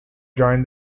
joined